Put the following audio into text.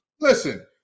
Listen